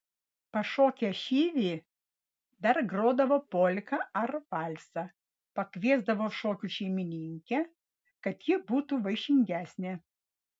pašokę šyvį dar grodavo polką ar valsą pakviesdavo šokiui šeimininkę kad ji būtų vaišingesnė